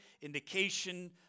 indication